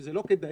שזה לא כדאי?